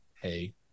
hey